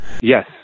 Yes